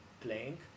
playing